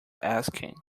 asking